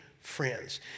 friends